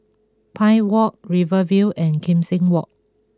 Pine Walk Rivervale and Kim Seng Walk